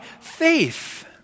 faith